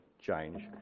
change